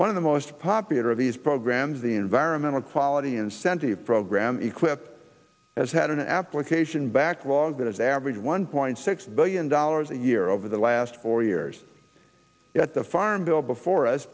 one of the most popular of these programs the environmental quality incentive program equip has had an application backlog that has averaged one point six billion dollars a year over the last four years yet the farm bill before us